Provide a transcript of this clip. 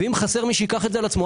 ואם חסר מי שייקח את זה על עצמו,